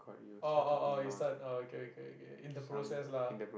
oh oh oh you start okay okay okay in the process lah